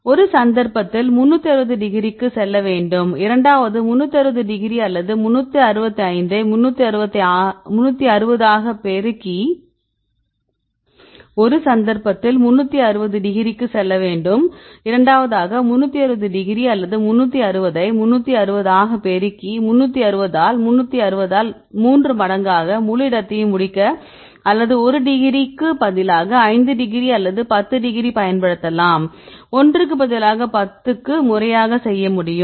ஒரு சந்தர்ப்பத்தில் 360 டிகிரிக்கு செல்ல வேண்டும் இரண்டாவதாக 360 டிகிரி அல்லது 360 ஐ 360 ஆக பெருக்கி 360 ஆல் 360 ஆல் 3 மடங்காக முழு இடத்தையும் முடிக்க அல்லது ஒரு டிகிரிக்கு பதிலாக 5 டிகிரி அல்லது 10 டிகிரி பயன்படுத்தலாம் ஒன்றுக்கு பதிலாக 10 க்கு முறையாக செய்ய முடியும்